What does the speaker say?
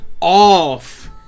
off